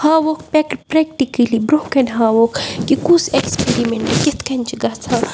ہاووکھ پٮ۪ک پرٛٮ۪کٹِکٔلی بروںٛہہ کَنہِ ہاووکھ کہِ کُس اٮ۪کسپیرِمٮ۪نٛٹ کِتھ کٔنۍ چھِ گژھان